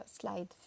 slide